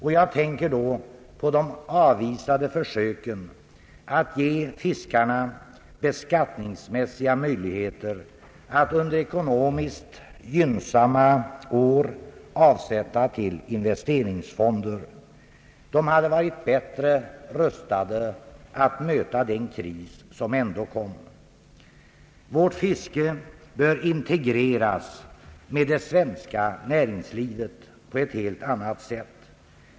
Jag tänker då på de avvisade förslagen att ge fiskarna beskattningsmässiga möjligheter att under ekonomiskt gynnsamma år avsätta medel till investeringsfonder. Fiskarna hade därigenom varit bättre rustade att möta den kris som kom. Vårt fiske bör integreras med det svenska näringslivet på ett helt annat sätt än hittills.